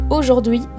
Aujourd'hui